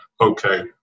okay